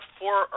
four